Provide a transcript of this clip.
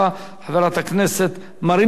חברת הכנסת מרינה סולודקין.